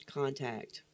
contact